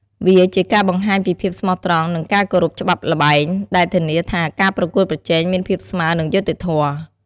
វាជាការបង្ហាញពីភាពស្មោះត្រង់ និងការគោរពច្បាប់ល្បែង ដែលធានាថាការប្រកួតប្រជែងមានភាពស្មើរ និងយុត្តិធម៌។